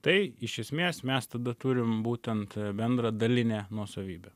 tai iš esmės mes tada turim būtent a bendrą dalinę nuosavybę